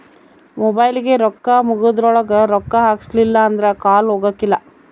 ಮೊಬೈಲಿಗೆ ರೊಕ್ಕ ಮುಗೆದ್ರೊಳಗ ರೊಕ್ಕ ಹಾಕ್ಸಿಲ್ಲಿಲ್ಲ ಅಂದ್ರ ಕಾಲ್ ಹೊಗಕಿಲ್ಲ